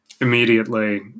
immediately